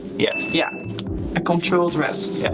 yes. yeah a controlled rest. yeah